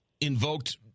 invoked